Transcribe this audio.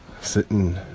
sitting